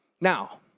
now